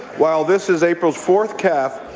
while this is april's fourth calf,